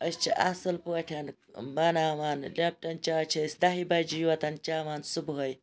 أسۍ چھِ اَصل پٲٹھۍ بَناوان لیٚپٹَن چاے چھِ أسۍ دَہہِ بَجہِ یوٚتَن چَوان صُبحٲے